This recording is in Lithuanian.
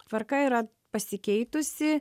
tvarka yra pasikeitusi